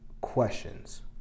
questions